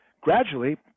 Gradually